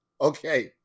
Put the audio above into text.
Okay